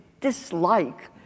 dislike